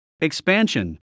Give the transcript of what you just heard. expansion